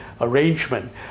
arrangement